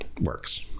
works